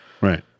Right